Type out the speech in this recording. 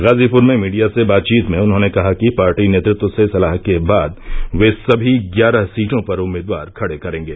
गाजीप्र में मीडिया से बातचीत में उन्होंने कहा कि पार्टी नेतृत्व से सलाह के बाद वे सभी ग्यारह सीटों पर उम्मीदवार खड़े करेंगे